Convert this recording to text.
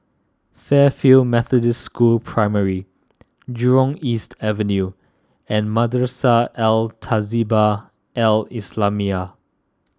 Fairfield Methodist School Primary Jurong East Avenue and Madrasah Al Tahzibiah Al Islamiah